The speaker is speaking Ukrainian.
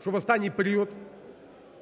що в останній період